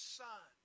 son